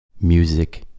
Music